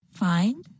find